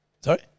Sorry